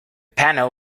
panel